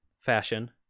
fashion